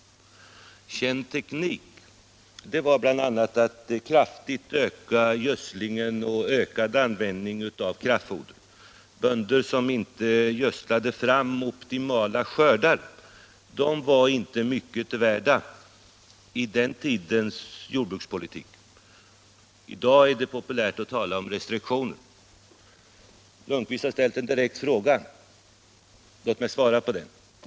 Känd teknik innebar bl.a. att kraftigt öka gödslingen och att införa en ökad användning av kraftfoder. Bönder som inte gödslade fram optimala skördar var inte mycket värda i den tidens jordbrukspolitik. I dag är det populärt att tala om restriktioner. Herr Lundkvist har ställt en direkt fråga i det här sammanhanget — låt mig svara på den.